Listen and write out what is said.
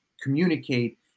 communicate